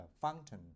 fountain